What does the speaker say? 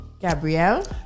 Gabrielle